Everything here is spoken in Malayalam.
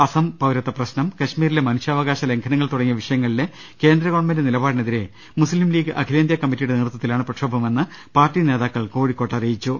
അസം പൌരത്വ പ്രശ്നം കശ്മീരിലെ മനുഷ്യാവകാശ ലംഘനങ്ങൾ തുടങ്ങിയ വിഷയങ്ങളിലെ കേന്ദ്ര ഗവൺമെന്റ് നിലപാടിനെതിരെ മുസ്ലിംലീഗ് അഖിലേന്ത്യാ കമ്മിറ്റിയുടെ നേതൃത്വത്തിലാണ് പ്രക്ഷോഭമെന്ന് പാർട്ടി നേതാക്കൾ കോഴിക്കോട്ട് അറിയിച്ചു